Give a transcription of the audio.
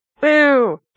Boo